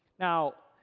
now,